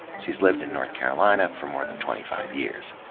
she's lived in north carolina for more than twenty five years.